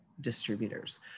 distributors